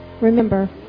Remember